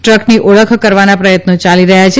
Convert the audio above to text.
ટ્રકની ઓળખ કરવાના પ્રથત્નો ચાલી રહ્યા છે